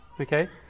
okay